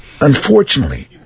Unfortunately